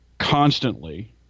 constantly